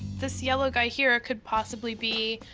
this yellow guy here could possibly be